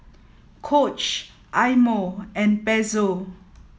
Coach Eye Mo and Pezzo